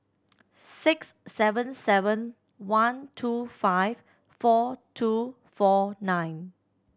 six seven seven one two five four two four nine